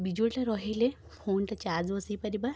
ବିଜୁଳିଟା ରହିଲେ ଫୋନ୍ଟା ଚାର୍ଜ ବସେଇ ପାରିବା